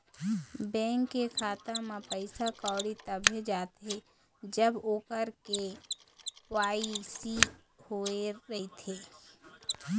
bank के खाता म पइसा कउड़ी तभे जाथे जब ओखर के.वाई.सी होए रहिथे